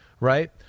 Right